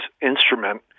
instrument